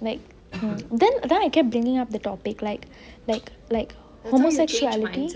like then I kept bringing up the topic like like like homosexuality